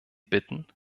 bitten